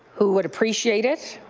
who would appreciate it.